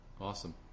Awesome